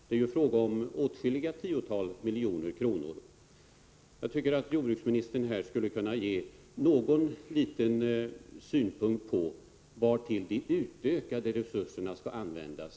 Det är ju fråga om åtskilliga tiotal miljoner kronor. Jag tycker att jordbruksministern här skulle kunna anlägga åtminstone någon synpunkt när det gäller frågan om vartill de utökade resurserna skall användas.